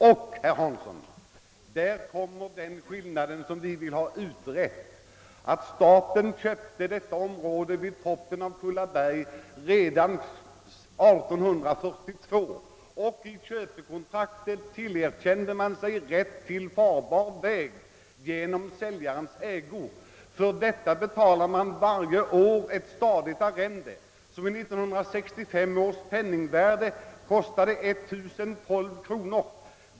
Därtill kommer — och det är den frågan vi vill ha utredd — att staten köpte detta område vid toppen av Kullaberg redan 1842. Genom köpekontraktet fick man rätt till farbar väg genom säljarens ägor. För detta betalar man varje år ett arrende, som enligt 1965 års penningvärde uppgår till 1 012 kronor.